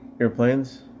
Airplanes